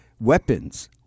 Weapons